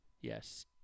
yes